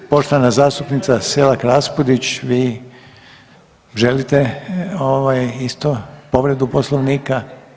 Poštovana zastupnica Selak Raspudić, vi želite ovaj isto povredu Poslovnika?